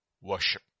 worship